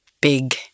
big